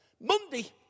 Monday